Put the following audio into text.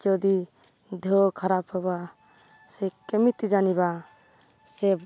ଯଦି ଦେହ ଖରାପ ହେବା ସେ କେମିତି ଜାଣିବା ସେ